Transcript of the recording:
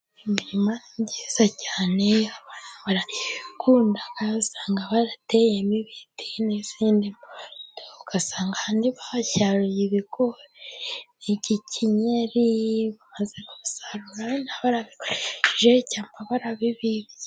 Imirima myiza cyane barayikunda usanga barateyemo ibiti, indi ugasanga ahantu basaruye ibigori . Igikenyeri bamaze gusarura . Ugasanga barabigurishije cyangwa barabibitse.